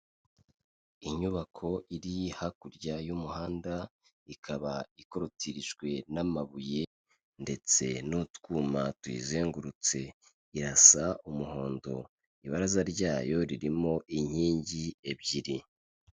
Inyubako iri hakurya y'umuhanda, ikaba ikorotirijwe n'amabuye ndetse n'utwuma tuyizengurutse irasa umuhondo, ibaraza ryayo ririmo inkingi ebyiri.